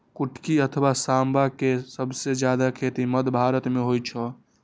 कुटकी अथवा सावां के सबसं जादे खेती मध्य भारत मे होइ छै